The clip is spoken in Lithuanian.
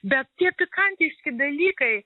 bet tie pikantiški dalykai